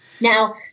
Now